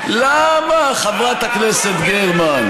למה אתה לא מתייחס למה שאמרתי?